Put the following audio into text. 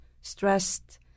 stressed